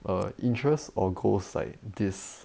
err interest or goals like this